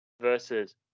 versus